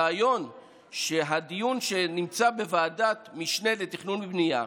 הרעיון הוא שבדיון שנמצא בוועדת משנה לתכנון ובנייה,